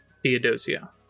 Theodosia